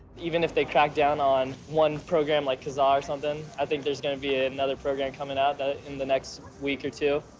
even if they cracked down on one program like kazaa or something, i think there's going to be another program coming out in the next week or two,